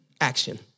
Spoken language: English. action